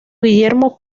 guillermo